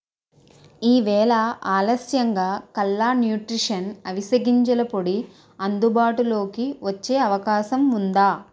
ఈవేళ ఆలస్యంగా కల్లా న్యూట్రీషన్ అవిసె గింజల పొడి అందుబాటులోకి వచ్చే అవకాశం ఉందా